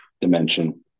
dimension